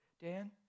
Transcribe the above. Dan